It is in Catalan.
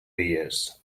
dies